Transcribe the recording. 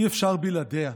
אי-אפשר בלעדיה.